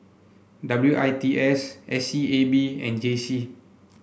W I T S S E A B and J C